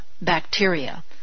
bacteria